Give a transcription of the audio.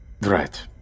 Right